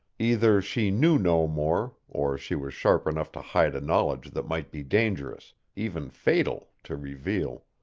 either she knew no more, or she was sharp enough to hide a knowledge that might be dangerous, even fatal, to reveal.